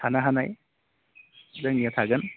थानो हानाय जोंनिया थागोन